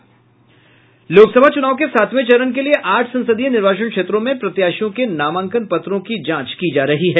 लोकसभा चूनाव के सातवें चरण के लिए आठ संसदीय निर्वाचन क्षेत्रों में प्रत्याशियों के नामांकन पत्रों की जांच की जा रही है